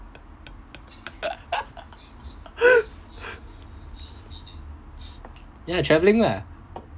ya travelling lah